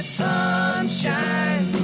sunshine